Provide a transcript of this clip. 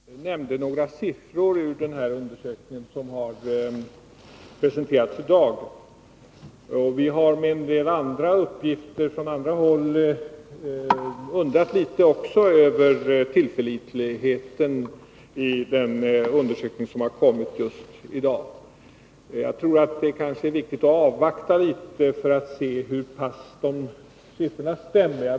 Herr talman! Arne Fransson nämnde några siffror från den undersökning som presenterats i dag. Vi har vissa andra uppgifter från andra håll och har därför undrat litet över tillförlitligheten i den undersökning som blivit klar just i dag. Jag tror att det kan vara bra att något avvakta för att se, om siffrorna stämmer.